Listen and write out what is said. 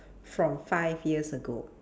from five years ago